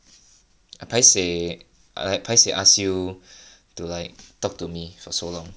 I paiseh I like paiseh ask you to like talk to me for so long